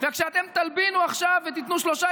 וכשאתם תלבינו עכשיו ותיתנו שלושה